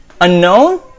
Unknown